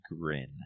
grin